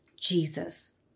Jesus